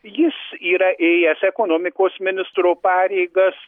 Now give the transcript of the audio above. jis yra ėjęs ekonomikos ministro pareigas